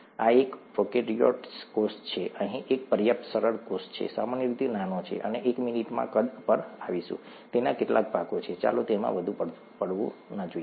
આ એક પ્રોકાર્યોટિક કોષ છે અહીં એક પર્યાપ્ત સરળ કોષ છે સામાન્ય રીતે નાનો છે અમે એક મિનિટમાં કદ પર આવીશું તેના કેટલાક ભાગો છે ચાલો તેમાં વધુ પડતું ન જઈએ